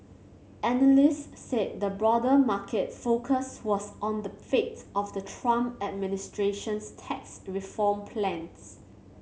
analysts said the broader market focus was on the fate of the Trump administration's tax reform plans